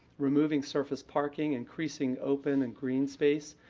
removing surface parking, increasing open and green space,